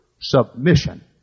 submission